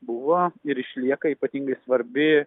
buvo ir išlieka ypatingai svarbi